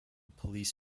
police